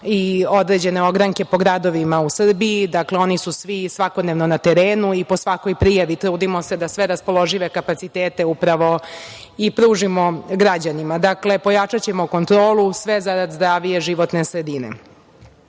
ima određene ogranke po gradovima u Srbiji, dakle, oni su svi i svakodnevno na terenu i po svakoj prijavi trudimo se da sve raspoložive kapacitet upravo i pružimo građanima. Dakle, pojačaćemo kontrolu, sve zarad zdravije životne sredine. Takođe,